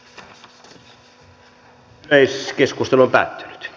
yleiskeskustelu päättyi